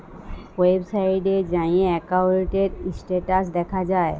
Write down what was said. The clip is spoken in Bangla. ওয়েবসাইটে যাঁয়ে একাউল্টের ইস্ট্যাটাস দ্যাখা যায়